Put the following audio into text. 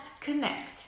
connect